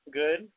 good